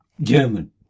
German